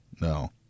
no